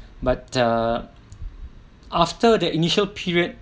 but uh after the initial period